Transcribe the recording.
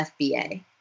FBA